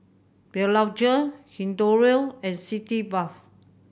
Blephagel Hirudoid and Sitz Bath